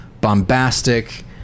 bombastic